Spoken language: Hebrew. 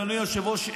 אדוני היושב-ראש,